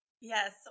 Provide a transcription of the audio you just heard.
Yes